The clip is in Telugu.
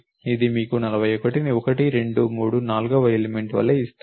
ఇది మీకు 41ని 1 2 3 నాల్గవ ఎలిమెంట్ వలె ఇస్తుంది